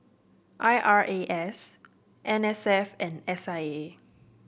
I R A S N S F and S I A